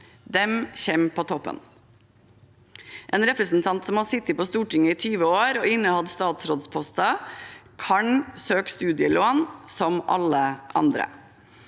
de kommer på toppen. En representant som har sittet på Stortinget i 20 år og innehatt statsrådposter, kan søke studielån som alle andre,